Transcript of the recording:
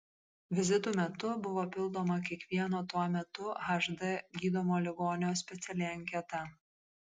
vizitų metu buvo pildoma kiekvieno tuo metu hd gydomo ligonio speciali anketa